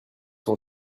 sont